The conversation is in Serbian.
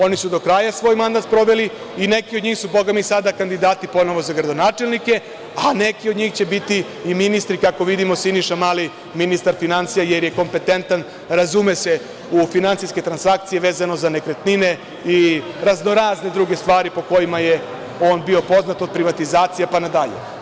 Oni su do kraja svoj mandat sproveli i neki od njih su, bogami, sada kandidati ponovo za gradonačelnike, a neki od njih će biti i ministri, kako vidimo, Siniša Mali – ministar finansija, jer je kompetentan, razume se u finansijske transakcije vezano za nekretnine i raznorazne druge stvari po kojima je on bio poznat, od privatizacija pa nadalje.